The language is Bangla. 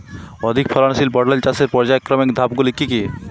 অধিক ফলনশীল পটল চাষের পর্যায়ক্রমিক ধাপগুলি কি কি?